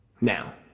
Now